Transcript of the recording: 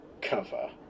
cover